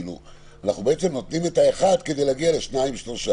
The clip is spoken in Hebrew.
אנחנו בעצם נותנים את האחד כדי להגיע לשניים-שלושה.